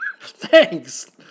Thanks